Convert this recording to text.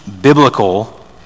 biblical